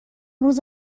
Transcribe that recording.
روز